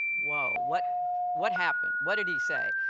whoa, what what happened? what did he say?